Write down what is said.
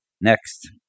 Next